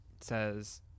says